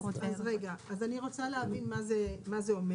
זה אומר